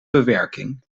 bewerking